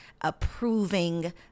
approving